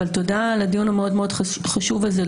אבל תודה על הדיון המאוד מאוד חשוב הזה,